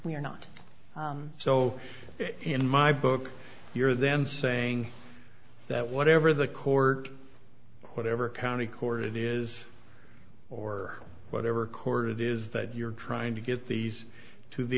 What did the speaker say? we are not so in my book you're then saying that whatever the court whatever county court it is or whatever record it is that you're trying to get these to the